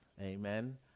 Amen